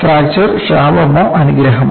fracture ശാപമോ അനുഗ്രഹമോ